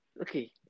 okay